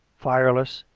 fireless,